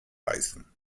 reißen